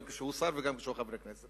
גם כשהוא שר וגם כשהוא חבר כנסת,